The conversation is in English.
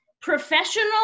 professional